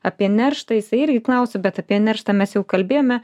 apie nerštą jisai irgi klausė bet apie nerštą mes jau kalbėjome